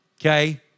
okay